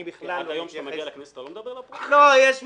אני בכלל